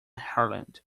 harland